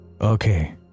Okay